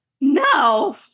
no